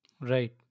Right